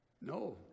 No